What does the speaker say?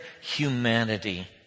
humanity